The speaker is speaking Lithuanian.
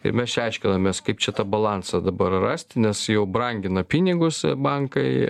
ir mes čia aiškinomės kaip čia tą balansą dabar rasti nes jau brangina pinigus bankai